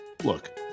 Look